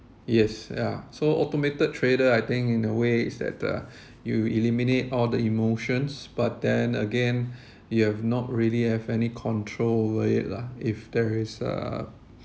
yes yeah so automated trader I think in a way is that uh you eliminate all the emotions but then again you have not really have any control over it lah if there is a